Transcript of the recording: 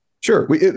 Sure